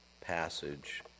passage